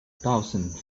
thousand